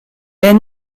est